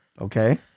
Okay